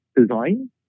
design